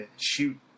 shoot